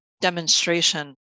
demonstration